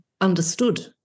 understood